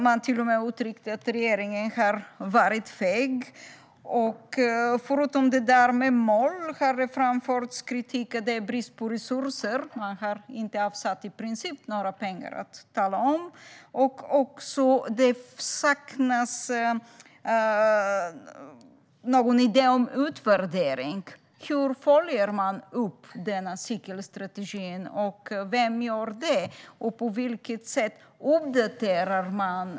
De till och med uttryckte att regeringen hade varit feg. Förutom detta med mål har det framförts kritik om att det är brist på resurser. Det har i princip inte avsatts några pengar att tala om. Det saknas också en idé om utvärdering. Hur följer man upp denna cykelstrategi, och vem gör det?